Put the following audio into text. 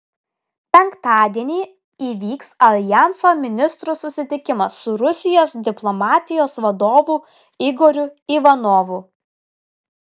penktadienį įvyks aljanso ministrų susitikimas su rusijos diplomatijos vadovu igoriu ivanovu